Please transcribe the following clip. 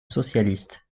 socialiste